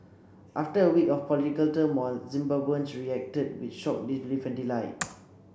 after a week of political turmoil Zimbabweans reacted with shock disbelief and delight